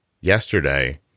yesterday